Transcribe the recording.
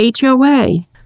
HOA